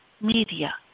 media